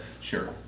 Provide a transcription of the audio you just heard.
sure